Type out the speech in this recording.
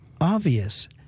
obvious